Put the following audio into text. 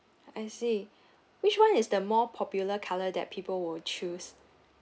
I see which one is the more popular colour that people will choose